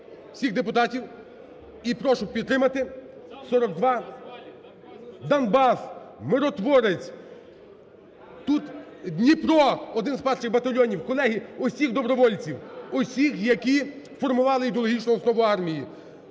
всіх депутатів і прошу підтримати 42… "Донбас", "Миротворець", тут "Дніпро", один з перших батальйонів. Колеги, усіх добровольців, усіх, які формували ідеологічну основу армії.